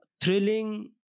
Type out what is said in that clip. thrilling